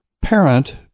parent